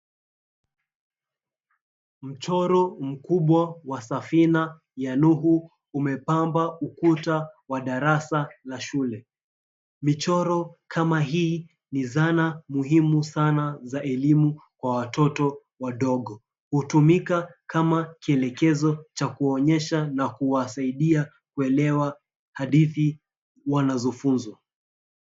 Mchoro mkubwa wa safina ya Nuhu umepamba ukuta wa darasa la shule. Michoro kama hii ni zana muhimu sana za elimu kwa watoto wadogo. Hutumika kama kielekezo cha kuwaonyesha na huwasaidia kuelewa hadithi wanazofunzwa.